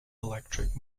electric